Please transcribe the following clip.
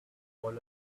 fallen